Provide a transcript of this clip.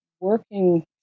working